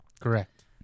Correct